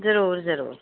ਜ਼ਰੂਰ ਜ਼ਰੂਰ